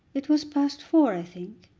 it was past four i think.